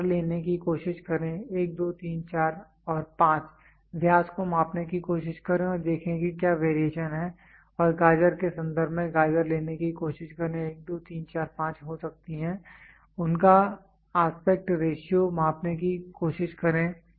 टमाटर लेने की कोशिश करें 1 2 3 4 और 5 व्यास को मापने की कोशिश करें और देखें कि क्या वेरिएशन है और गाजर के संदर्भ में गाजर लेने की कोशिश 1 2 3 4 5 हो सकती हैं उनका आस्पेक्ट रेशियो मापने की कोशिश करें